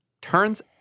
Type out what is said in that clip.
Turns